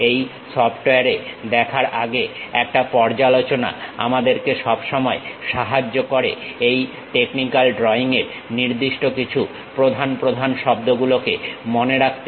এই সফটওয়্যারে দেখার আগে একটা পর্যালোচনা আমাদেরকে সব সময় সাহায্য করে এই টেকনিক্যাল ড্রইং এর নির্দিষ্ট কিছু প্রধান প্রধান শব্দ গুলোকে মনে রাখতে